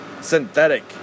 Synthetic